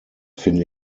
finde